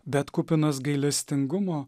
bet kupinas gailestingumo